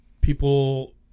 people